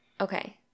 Okay